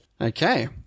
Okay